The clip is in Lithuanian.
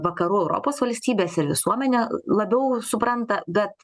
vakarų europos valstybes ir visuomenė labiau supranta bet